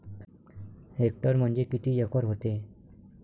Hectare म्हणजे किती acre व्हते?